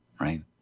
Right